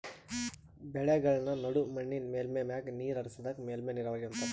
ಬೆಳೆಗಳ್ಮ ನಡು ಮಣ್ಣಿನ್ ಮೇಲ್ಮೈ ಮ್ಯಾಗ ನೀರ್ ಹರಿಸದಕ್ಕ ಮೇಲ್ಮೈ ನೀರಾವರಿ ಅಂತಾರಾ